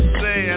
say